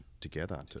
together